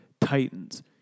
Titans